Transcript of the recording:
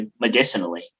medicinally